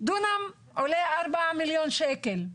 דונם עולה 4 מיליון שקל.